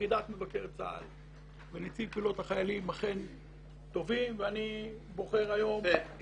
יחידת מבקר צה"ל לנציב קבילו החיילים אכן טובים ואני בוחר היום --- גם